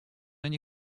они